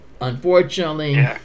unfortunately